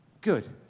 good